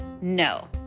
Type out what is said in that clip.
No